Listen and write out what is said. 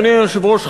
אדוני היושב-ראש,